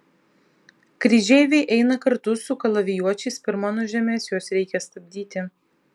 kryžeiviai eina kartu su kalavijuočiais per mano žemes juos reikia stabdyti